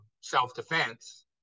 self-defense